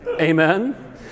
Amen